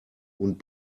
und